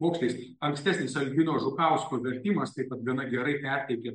bokštais ankstesnis albino žukausko vertimas taip pat gana gerai perteikia